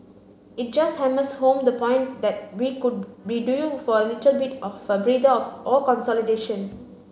it just hammers home the point that we could be due for a little bit of a breather or consolidation